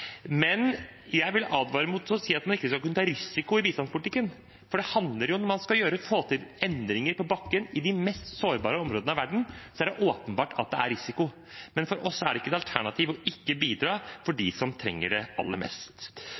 Jeg vil advare mot å si at man ikke skal kunne ta risiko i bistandspolitikken, for det handler om at skal man få til endringer på bakken i de mest sårbare områdene av verden, er det åpenbart at det er risiko. For oss er det ikke et alternativ ikke å bidra for dem som trenger det aller mest.